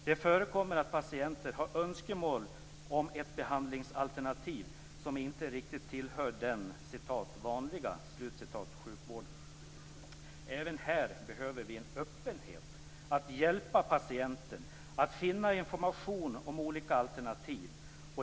Det förekommer att patienter har önskemål om ett behandlingsalternativ som inte riktigt tillhör den "vanliga" sjukvården. Även här behöver vi en öppenhet när det gäller att hjälpa patienten att finna information om olika alternativ.